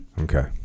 Okay